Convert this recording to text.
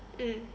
mm